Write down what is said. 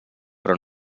però